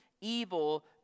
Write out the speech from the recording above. evil